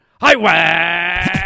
Highway